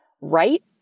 right